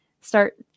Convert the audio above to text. start